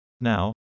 Now